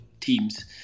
teams